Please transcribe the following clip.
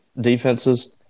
defenses